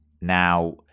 Now